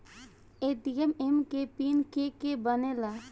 ATM के PIN के के बनेला?